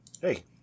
Hey